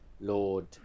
Lord